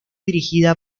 dirigida